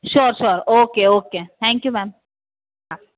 sure sure okay okay thank you ma'am હા